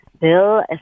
Bill